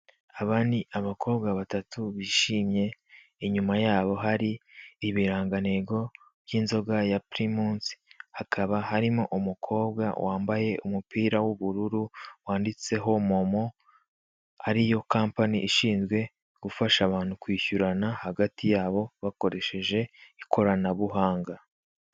Aba ni abakobwa batatu bishimye, inyuma yabo hari ibirangantego by'inzoga ya pirimusi, hakaba harimo umukobwa wambaye umupira w'ubururu wanditseho momo, ariyo kampani ishinzwe gufasha abantu kwishyurana hagati yabo bakoresheje ikoranabuhanga.